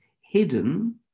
hidden